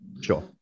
Sure